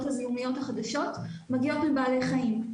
הזיהומיות החדשות מגיעות מבעלי חיים.